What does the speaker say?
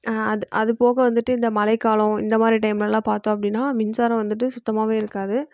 அது அது போக வந்துட்டு இந்த மழைக்காலம் இந்த மாதிரி டைமிலலாம் பார்த்தோம் அப்படின்னா மின்சாரம் வந்துட்டு சுத்தமாகவே இருக்காது